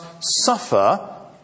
suffer